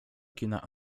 kina